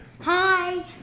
Hi